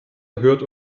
hört